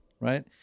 Right